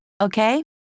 Okay